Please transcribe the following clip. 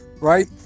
right